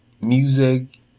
music